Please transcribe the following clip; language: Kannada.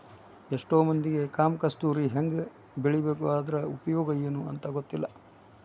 ಎಷ್ಟೋ ಮಂದಿಗೆ ಕಾಮ ಕಸ್ತೂರಿ ಹೆಂಗ ಬೆಳಿಬೇಕು ಅದ್ರ ಉಪಯೋಗ ಎನೂ ಅಂತಾ ಗೊತ್ತಿಲ್ಲ